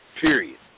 period